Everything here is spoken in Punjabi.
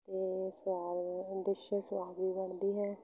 ਅਤੇ ਸੁਆਦ ਡਿਸ਼ ਸੁਆਦ ਵੀ ਬਣਦੀ ਹੈ